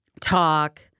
talk